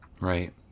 Right